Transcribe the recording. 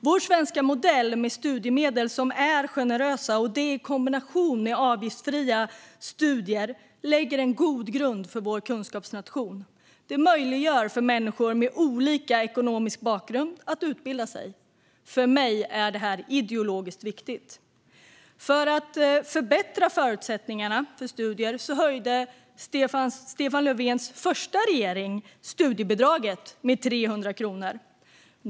Den svenska modellen med generösa studiemedel i kombination med avgiftsfria studier lägger en god grund för vår kunskapsnation. Det möjliggör för människor med olika ekonomisk bakgrund att utbilda sig. För mig är detta ideologiskt viktigt. För att förbättra förutsättningarna för studier höjde Stefan Löfvens första regering studiebidraget med 300 kronor.